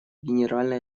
генеральной